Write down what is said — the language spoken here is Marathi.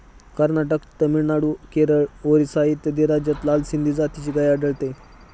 कर्नाटक, तामिळनाडू, केरळ, ओरिसा इत्यादी राज्यांत लाल सिंधी जातीची गाय आढळते